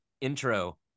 intro